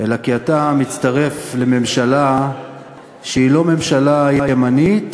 אלא כי אתה מצטרף לממשלה שהיא לא ממשלה ימנית